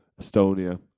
Estonia